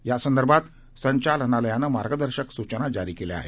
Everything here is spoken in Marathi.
यासंदर्भात संचालनालयानं मार्गदर्शक सूचना जारी केल्या आहेत